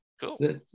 cool